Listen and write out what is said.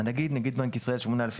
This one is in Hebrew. "הנגיד" - נגיד בנק ישראל שמונה לפי